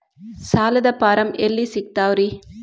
ಸಾಲದ ಫಾರಂ ಎಲ್ಲಿ ಸಿಕ್ತಾವ್ರಿ?